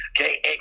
Okay